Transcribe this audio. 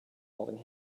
holding